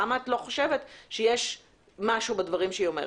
למה את לא חושבת שיש משהו בדברים שהיא אומרת?